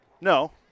No